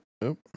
Nope